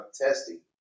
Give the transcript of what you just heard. testing